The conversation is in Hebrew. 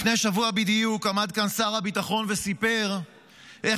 לפני שבוע בדיוק עמד כאן שר הביטחון וסיפר איך